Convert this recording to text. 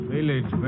Village